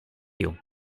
you